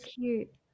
cute